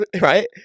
right